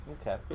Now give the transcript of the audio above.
Okay